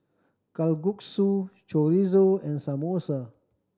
Kalguksu Chorizo and Samosa